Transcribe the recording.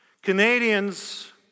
Canadians